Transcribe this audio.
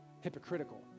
hypocritical